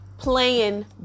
Playing